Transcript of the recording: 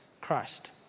Christ